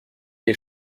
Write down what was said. les